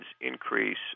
increase